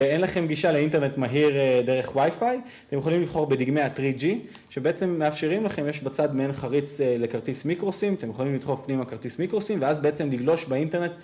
אין לכם גישה לאינטרנט מהיר דרך ווי-פיי, אתם יכולים לבחור בדגמי ה-3G שבעצם מאפשרים לכם, יש בצד מעין חריץ לכרטיס מיקרוסים, אתם יכולים לדחוף פנימה כרטיס מיקרוסים ואז בעצם לגלוש באינטרנט.